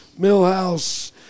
Millhouse